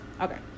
Okay